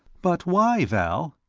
but why, vall?